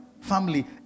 family